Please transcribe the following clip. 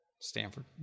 Stanford